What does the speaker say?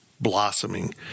blossoming